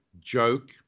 joke